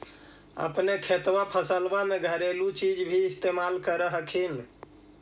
अपने खेतबा फसल्बा मे घरेलू चीज भी इस्तेमल कर हखिन?